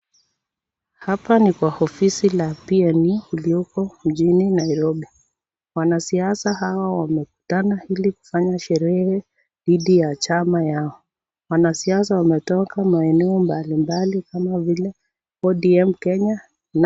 Hapa ni pa ofisi na pia iliyoko mjini Nairobi. Wsnasiasa hawa wamekutana ili kufanya sherehe dhidi ya chama yao, wanasiasa wametoka maeneo mbalimbali kama vile ODM Kenya.